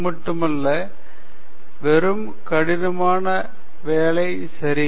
அது மட்டுமல்ல வெறும் கடினமான வேலை சரி